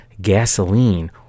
gasoline